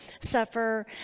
suffer